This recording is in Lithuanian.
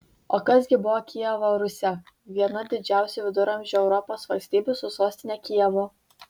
o kas gi buvo kijevo rusia viena didžiausių viduramžių europos valstybių su sostine kijevu